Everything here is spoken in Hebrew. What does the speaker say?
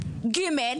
ג',